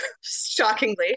shockingly